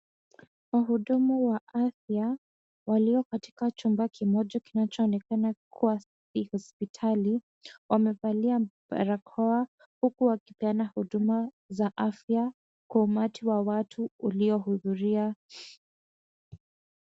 Wahudumu wa afya walio katika chumba kimoja kinacho onekana kuwa ni hospitali, wamevalia barakoa huku wakipeana huduma za afya kwa umati wa watu uliohudhuria.